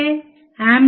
5 into 11 దాదాపు 5